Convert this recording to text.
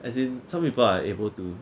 as in some people are able to